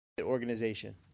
organization